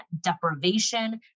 deprivation